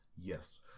Yes